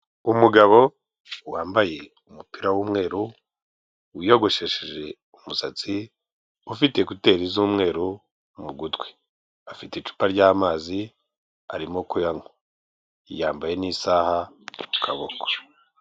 Umugabo wambaye umupira w'umweru, wiyogoshesheje umusatsi, ufite kuteri z'umweru mu gutwi, afite icupa ry'amazi arimo kuyanywa, yambaye n'isaha ku kaboko.